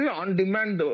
on-demand